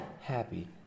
Happy